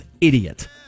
idiot